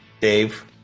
Dave